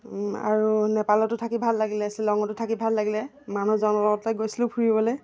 আৰু নেপালতো থাকি ভাল লাগিল শ্বিলঙতো থাকি ভাল লাগিল মানুহজন লগতে গৈছিলোঁ ফুৰিবলৈ